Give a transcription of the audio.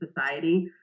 society